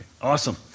awesome